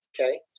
okay